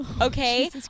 okay